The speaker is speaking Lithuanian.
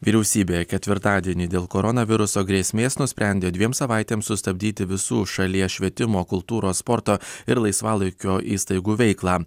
vyriausybė ketvirtadienį dėl koronaviruso grėsmės nusprendė dviem savaitėms sustabdyti visų šalies švietimo kultūros sporto ir laisvalaikio įstaigų veiklą